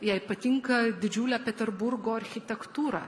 jai patinka didžiulė peterburgo architektūra